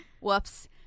whoops